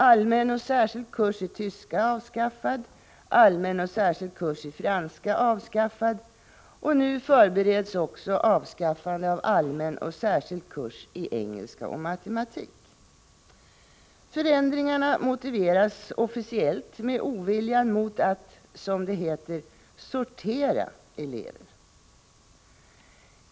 Allmän och särskild kurs i tyska är avskaffad, allmän och särskild kurs i franska är avskaffad, och nu förbereds också avskaffande av allmän och särskild kurs i engelska och matematik. Förändringarna motiveras officiellt med oviljan mot att — som det heter — ”sortera” eleverna.